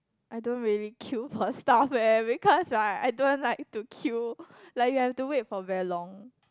I don't really queue for stuff eh because what I don't want like to queue like you have to wait for very long